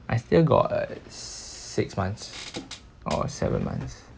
I still got uh six months or seven months